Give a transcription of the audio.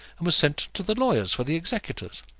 and was sent to the lawyers for the executors.